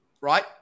Right